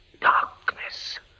Darkness